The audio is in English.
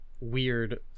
weird